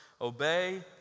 obey